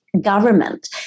government